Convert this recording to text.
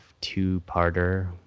two-parter